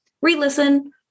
re-listen